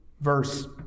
verse